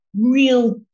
real